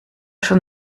schon